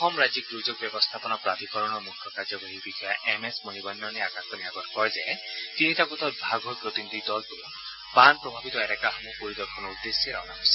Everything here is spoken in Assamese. অসম ৰাজ্যিক দূৰ্যোগ ব্যৱস্থাপনা প্ৰাধিকৰণৰ মুখ্য কাৰ্যবাহী বিষয়া এম এছ মণিবন্ননে আকাশবাণীৰ আগত কয় যে তিনিটা গোটত ভাগ হৈ প্ৰতিনিধি দলটোৱে বান প্ৰভাৱিত এলেকাসমূহ পৰিদৰ্শনৰ উদ্দেশ্যে ৰাওনা হৈছে